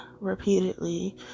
repeatedly